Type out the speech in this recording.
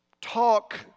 talk